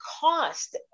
cost